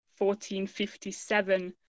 1457